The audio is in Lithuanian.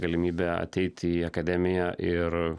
galimybė ateiti į į akademiją ir